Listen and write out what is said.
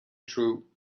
true